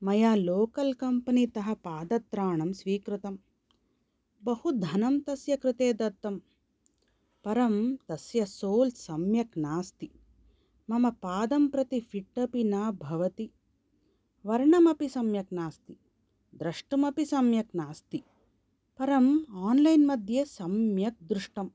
मया local company तः पादत्राणं स्वीकृतं बहु धनं तस्य कृते दत्तं परं तस्य सोल् सम्यक् नास्ति मम पादं प्रति फ़िट् अपि न भवति वर्णमपि सम्यक् नास्ति द्रष्टुमपि सम्यक् नास्ति परम् आन्लैन् मध्ये सम्यक् दृष्टं